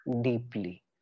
deeply